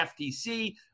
FTC